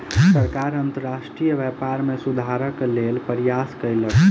सरकार अंतर्राष्ट्रीय व्यापार में सुधारक लेल प्रयास कयलक